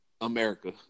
America